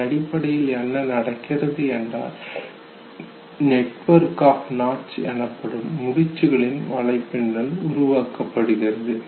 அதனடிப்படையில் என்ன நடக்கிறது என்றால் நெட்வொர்க் ஆப் நாட்ஸ் எனப்படும் முடிச்சுகளின் வலைப்பின்னல் உருவாக்கப்படுகிறது